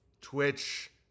Twitch